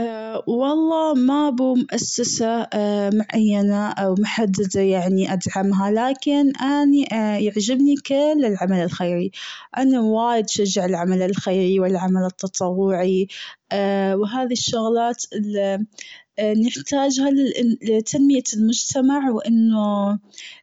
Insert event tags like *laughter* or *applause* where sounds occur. *hesitation* والله مابو مؤسسة *hesitation* معينة أو محددة يعني ادعمها لكن أني *hesitation* يعجبني كل العمل الخيري، انا وايد أشجع العمل الخيري والعمل التطوعي، *hesitation* وهذي الشغلات *hesitation* اللي نحتاجها لتنمية المجتمع وأنه